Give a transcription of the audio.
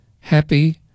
happy